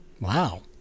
Wow